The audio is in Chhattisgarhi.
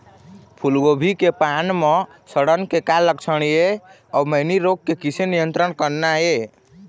फूलगोभी के पान म सड़न के का लक्षण ये अऊ मैनी रोग के किसे नियंत्रण करना ये?